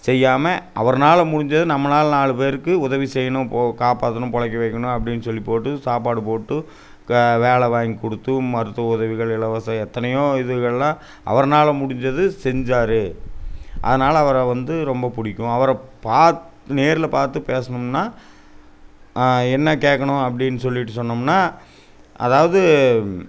செய்யாமல் அவர்னால் முடிஞ்சது நம்மளால் நாலு பேருக்கு உதவி செய்யணும் போ காப்பாற்றணும் புழைக்க வைக்கணும் அப்படினு சொல்லிபோட்டு சாப்பாடு போட்டு வேலை வாங்கிக்கொடுத்து மருத்துவ உதவிகள் இலவசம் எத்தனையோ இதுங்களெலாம் அவர்னால் முடிஞ்சது செஞ்சார் அதனால் அவரை வந்து ரொம்ப பிடிக்கும் அவரை பார்த்து நேரில் பார்த்து பேசுனோம்னால் என்ன கேட்கணும் அப்படின்னு சொல்லிட்டு சொன்னோம்னால் அதாவது